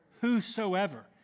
whosoever